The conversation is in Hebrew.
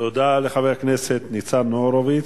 תודה לחבר הכנסת ניצן הורוביץ.